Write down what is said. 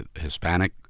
Hispanic